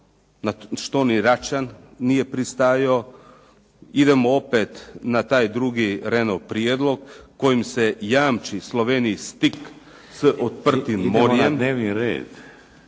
što ni Račan nije pristajao. Idemo opet na taj drugi Rehnov prijedlog kojom se jamči Sloveniji "stik s otprtim morjem". .../Upadica